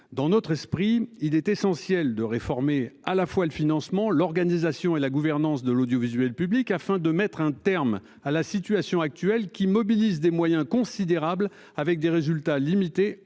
Dans notre esprit il est essentiel de réformer à la fois le financement, l'organisation et la gouvernance de l'audiovisuel public afin de mettre un terme à la situation actuelle qui mobilise des moyens considérables avec des résultats limités